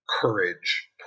courage